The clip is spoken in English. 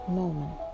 moment